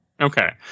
Okay